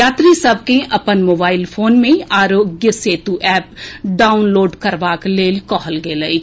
यात्री सभ के अपन मोबाइल फोन मे आरोग्य सेतु एप डाउनलोड करबाक लेल कहल गेल अछि